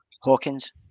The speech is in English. Hawkins